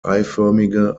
eiförmige